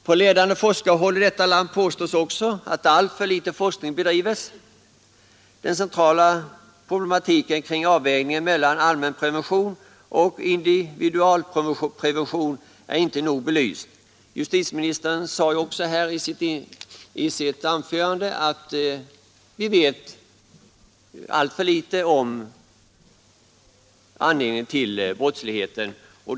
På ledande forskarhåll i detta land påstås också att alltför litet forskning bedrives. Den centrala problematiken kring avvägningen mellan allmänprevention och individualprevention är inte nog belyst. Justitieministern sade även i sitt anförande att vi vet alltför litet om orsaken till brottsligheten.